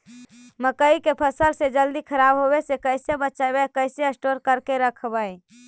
मकइ के फ़सल के जल्दी खराब होबे से कैसे बचइबै कैसे स्टोर करके रखबै?